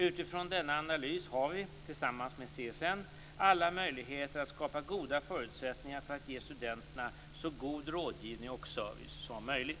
Utifrån denna analys har vi, tillsammans med CSN, alla möjligheter att skapa goda förutsättningar för att ge studenterna så god rådgivning och service som möjligt.